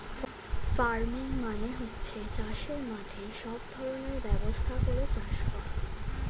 farming মানে হচ্ছে চাষের মাঠে সব ধরনের ব্যবস্থা করে চাষ করা